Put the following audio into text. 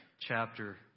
chapter